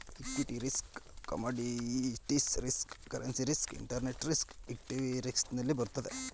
equity risk commodities risk currency risk interest risk equity risk ನಲ್ಲಿ ಬರುತ್ತವೆ